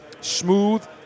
smooth